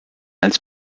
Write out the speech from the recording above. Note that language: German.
als